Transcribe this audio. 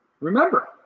Remember